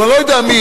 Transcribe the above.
או אני לא יודע מי,